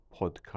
podcast